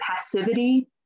passivity